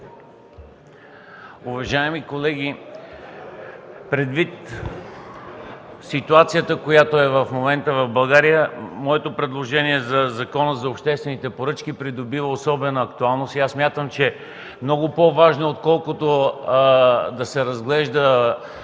Уважаеми колеги, предвид ситуацията, която е в момента в България, моето предложение за изменение на Закона за обществените поръчки придобива особена актуалност. Аз смятам, че много по-важно е да се разгледа,